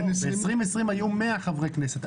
ב-2020 היו 100 חברי כנסת.